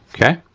okay.